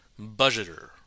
budgeter